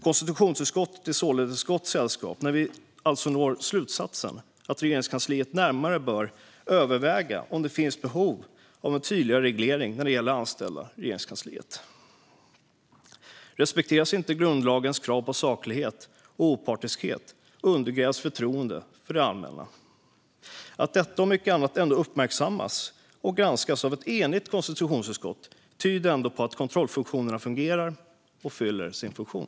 Konstitutionsutskottet är således i gott sällskap när vi når slutsatsen att Regeringskansliet närmare bör överväga om det finns behov av en tydligare reglering när det gäller anställda i Regeringskansliet. Respekteras inte grundlagens krav på saklighet och opartiskhet undergrävs förtroendet för det allmänna. Att detta och mycket annat uppmärksammas och granskas av ett enigt konstitutionsutskott tyder ändå på att kontrollfunktionerna fungerar och fyller sin funktion.